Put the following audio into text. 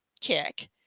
kick